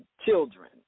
children